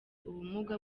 ubumuga